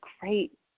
great